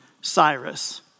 Cyrus